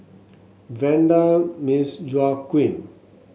Vanda Miss Joaquim